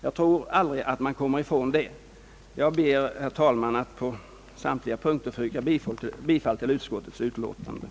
Det kan man nog aldrig komma ifrån. Jag ber, herr talman, att på samtliga punkter få yrka bifall till utskottets hemställan.